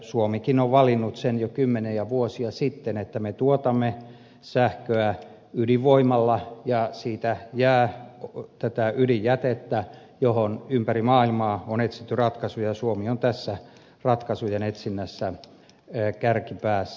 suomikin on valinnut sen jo kymmeniä vuosia sitten että me tuotamme sähköä ydinvoimalla ja siitä jää tätä ydinjätettä johon ympäri maailmaa on etsitty ratkaisuja ja suomi on tässä ratkaisujen etsinnässä kärkipäässä